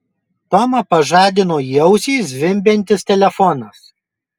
tomą pažadino į ausį zvimbiantis telefonas